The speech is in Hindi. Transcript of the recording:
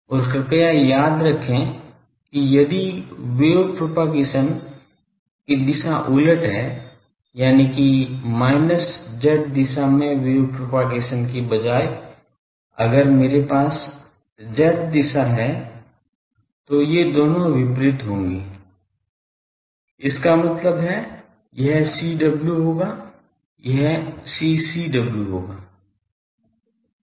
और कृपया याद रखें कि यदि वेव प्रोपगेशन की दिशा उलट है यानिकि minus z दिशा में वेव प्रोपगेशन के बजाय अगर मेरे पास z दिशा है तो ये दोनों विपरीत होंगे इसका मतलब है यह CW होगा यह CCW होगा